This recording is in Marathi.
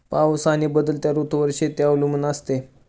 पाऊस आणि बदलत्या ऋतूंवर शेती अवलंबून असते